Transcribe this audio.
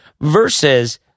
versus